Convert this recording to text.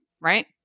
right